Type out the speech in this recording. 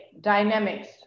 dynamics